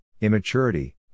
immaturity